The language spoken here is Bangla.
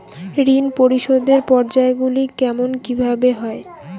ঋণ পরিশোধের পর্যায়গুলি কেমন কিভাবে হয়?